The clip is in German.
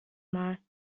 mal